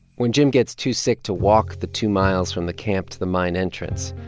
when jim gets too sick to walk the two miles from the camp to the mine entrance,